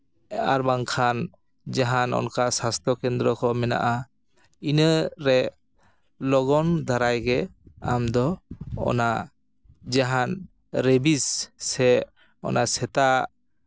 ᱟᱨ ᱵᱟᱝᱠᱷᱟᱱ ᱡᱟᱦᱟᱱ ᱚᱱᱠᱟ ᱥᱟᱥᱛᱚ ᱠᱮᱫᱽᱨᱚ ᱠᱚ ᱢᱮᱱᱟᱜᱼᱟ ᱤᱱᱟᱹᱨᱮ ᱞᱚᱜᱚᱱ ᱫᱷᱟᱨᱟᱭ ᱜᱮ ᱟᱢᱫᱚ ᱚᱱᱟ ᱡᱟᱦᱟᱱ ᱨᱮᱵᱤᱥ ᱥᱮ ᱚᱱᱟ ᱥᱮᱛᱟ